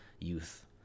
youth